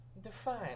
Define